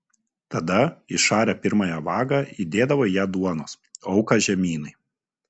tada išarę pirmąją vagą įdėdavo į ją duonos auką žemynai